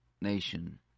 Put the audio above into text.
nation